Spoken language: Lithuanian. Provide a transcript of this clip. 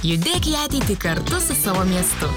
judėk į ateitį kartu su savo miestu